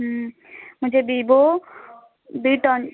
मुझे बीबो बेटॉन